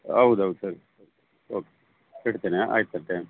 ಹೌದ್ ಹೌದ್ ಸರಿ ಸರಿ ಓಕೆ ಇಡ್ತೇನೆ ಆಯ್ತು ಸರ್ ತ್ಯಾಂಕ್